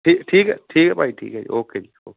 ਠੀ ਠੀਕ ਹੈ ਠੀਕ ਹੈ ਭਾਈ ਠੀਕ ਹੈ ਜੀ ਓਕੇ ਜੀ ਓਕੇ